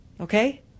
Okay